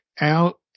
out